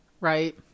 right